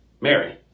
Mary